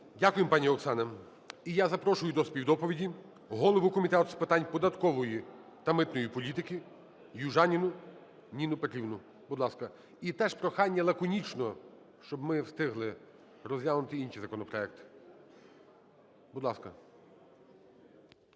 Дякуємо, пані Оксано. І я запрошую до співдоповіді голову Комітету з питань податкової та митної політики Южаніну Ніну Петрівну, будь ласка. І теж прохання лаконічно, щоб ми встигли розглянути й інші законопроекти. Будь ласка.